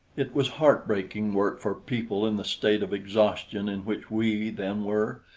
it was heartbreaking work for people in the state of exhaustion in which we then were,